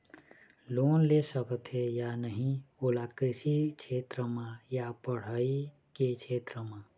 Loan ले सकथे या नहीं ओला कृषि क्षेत्र मा या पढ़ई के क्षेत्र मा?